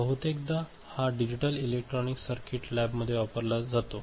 बहुतेकदा हा digital electronic circuit लॅबमध्ये वापरला जातो